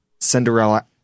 Cinderella